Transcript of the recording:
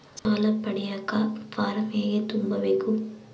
ಸಾಲ ಪಡಿಯಕ ಫಾರಂ ಹೆಂಗ ತುಂಬಬೇಕು?